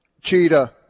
Cheetah